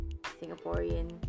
singaporean